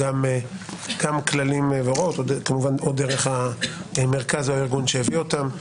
או דרך המרכז או הארגון שהביא אותם.